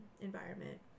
environment